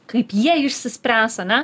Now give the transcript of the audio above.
kaip jie išsispręs ane